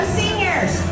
seniors